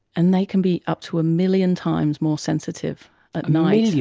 and they can be up to a million times more sensitive at night.